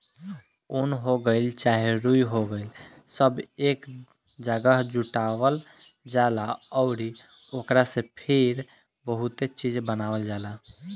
उन हो गइल चाहे रुई हो गइल सब एक जागह जुटावल जाला अउरी ओकरा से फिर बहुते चीज़ बनावल जाला